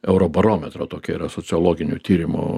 eurobarometro tokia yra sociologinių tyrimų